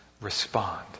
respond